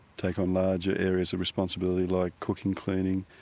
take on larger areas of responsibility like cooking, cleaning,